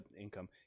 income